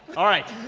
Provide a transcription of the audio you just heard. all right,